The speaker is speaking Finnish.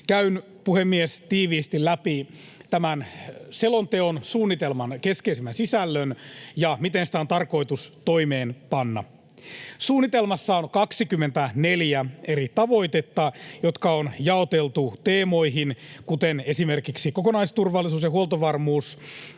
Käyn, puhemies, tiiviisti läpi tämän selonteon, suunnitelman, keskeisimmän sisällön ja sen, miten sitä on tarkoitus toimeenpanna. Suunnitelmassa on 24 eri tavoitetta, jotka on jaoteltu teemoihin, esimerkiksi kokonaisturvallisuus ja huoltovarmuus,